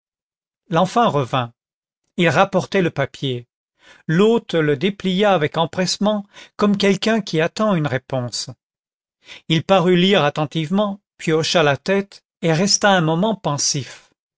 l'enfant revint il rapportait le papier l'hôte le déplia avec empressement comme quelqu'un qui attend une réponse il parut lire attentivement puis hocha la tête et resta un moment pensif